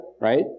right